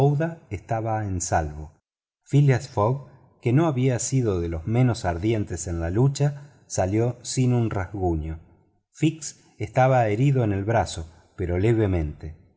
estaba en salvo phileas fogg que no había sido de los menos ardientes en la lucha salió sin un rasguño fix estaba herido en el brazo pero levemente